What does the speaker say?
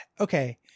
Okay